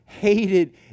hated